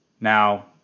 Now